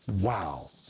Wow